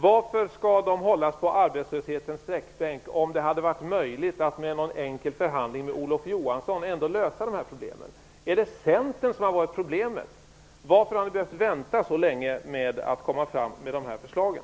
Varför skall de hållas på arbetslöshetens sträckbänk om det hade varit möjligt att med en enkel förhandling med Olof Johansson lösa problemen? Är det Centern som har varit problemet? Varför har ni behövt vänta så länge med att lägga fram de här förslagen?